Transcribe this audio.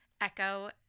echo